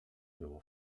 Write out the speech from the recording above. było